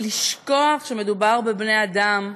לשכוח שמדובר בבני אדם.